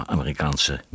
Amerikaanse